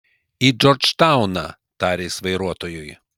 į džordžtauną tarė jis vairuotojui